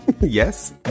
Yes